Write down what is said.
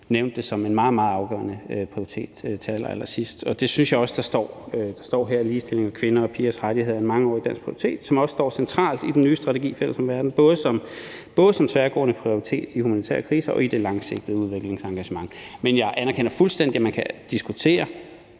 nævnte det som en meget, meget afgørende prioritet til allerallersidst. Og det synes jeg også der står noget om: »Ligestilling og kvinder og pigers rettigheder er en mangeårig dansk prioritet, som også står centralt i »Fælles om Verden« – både som en tværgående prioritet i humanitære indsatser og i det langsigtede udviklingsengagement.« Men jeg anerkender fuldstændig, at man i